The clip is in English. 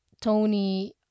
Tony